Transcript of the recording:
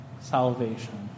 Salvation